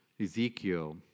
Ezekiel